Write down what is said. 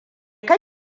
ka